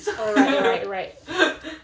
oh right right right